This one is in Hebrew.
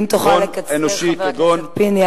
אם תוכל לקצר, חבר הכנסת פיניאן,